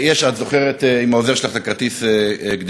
את זוכרת, עם העוזר שלך, את כרטיס הקדימות